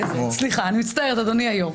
סליחה, אדוני היו"ר.